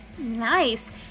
nice